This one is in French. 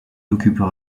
occupera